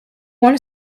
want